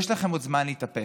יש לכם עוד זמן להתאפס.